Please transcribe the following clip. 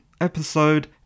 episode